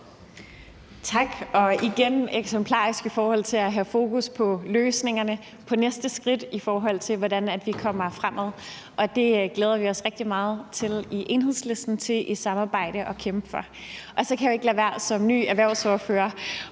det er igen eksemplarisk i forhold til at have fokus på løsningerne, på næste skridt, i forhold til hvordan vi kommer fremad, og det glæder vi os i Enhedslisten rigtig meget til i et samarbejde at kæmpe for. Så kan jeg jo som ny erhvervsordfører